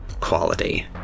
quality